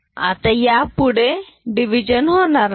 आता यापुढे डिविजन होणार नाही